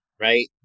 right